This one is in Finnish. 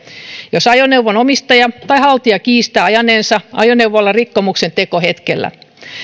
jos ajoneuvon omistaja tai haltija kiistää ajaneensa ajoneuvolla rikkomuksentekohetkellä